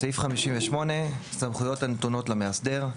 סעיף 58 סמכויות הנתונות למאסדר.